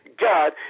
God